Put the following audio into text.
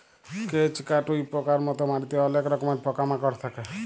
কেঁচ, কাটুই পকার মত মাটিতে অলেক রকমের পকা মাকড় থাক্যে